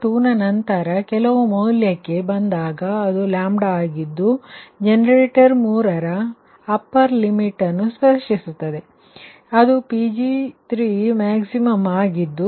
ಆದ್ದರಿಂದ ಅದು 2ನ ನಂತರದ ಕೆಲವು ಮೌಲ್ಯಕ್ಕೆ ಬಂದಾಗ ಅದು 2ಆಗಿದ್ದು ಅದು ಜನರೇಟರ್ 3ರ ಅಪ್ಪರ್ ಲಿಮಿಟ್ ನ್ನು ಸ್ಪರ್ಶಿಸುತ್ತದೆ ಅದು Pg3max ಆಗಿರುತ್ತದೆ